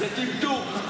זה טמטום.